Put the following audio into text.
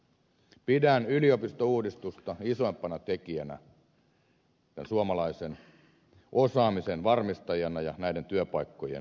pidän yliopistouudistusta isoimpana tekijänä suomalaisen osaamisen varmistajana ja näiden työpaikkojen luojana